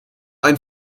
ein